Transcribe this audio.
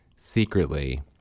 secretly